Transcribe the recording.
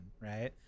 right